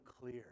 clear